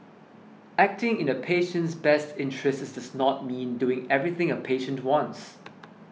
acting in a patient's best interests not mean doing everything a patient wants